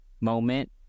moment